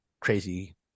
crazy